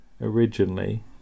originally